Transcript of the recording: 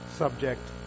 Subject